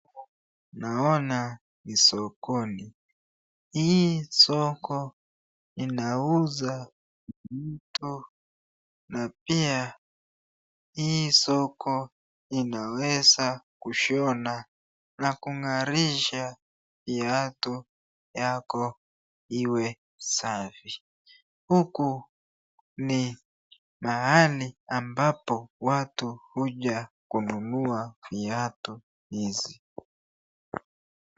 Naona kisokoni. Hii soko inauza mto na pia hii soko inaweza kushona na kung'arisha viatu yako iwe safi. Huku ni mahali ambapo watu huja kununua viatu hizi.